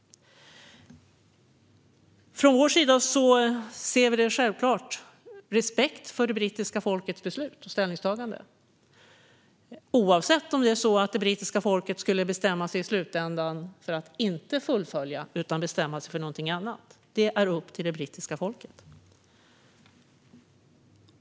Från vår sida har vi självklart respekt för det brittiska folkets beslut och ställningstagande, oavsett om det brittiska folket i slutändan bestämmer sig för att inte fullfölja brexit utan göra någonting annat. Det är upp till det brittiska folket.